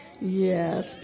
Yes